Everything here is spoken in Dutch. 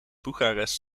bucharest